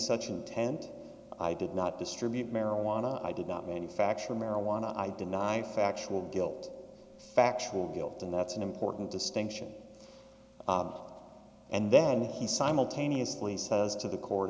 such intent i did not distribute marijuana i did not manufacture marijuana i deny it factual guilt factual guilt and that's an important distinction and then he simultaneously says to the court